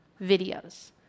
videos